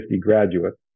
graduates